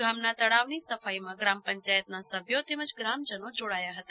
ગામના તળાવની સફાઈમાં ગ્રામ પંચાયતના સભ્યો તેમજ ગ્રામજનો જોડાયા હતા